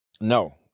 No